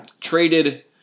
traded